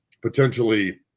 potentially –